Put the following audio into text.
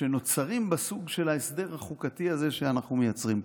שנוצרים בסוג של ההסדר החוקתי הזה שאנחנו מייצרים פה.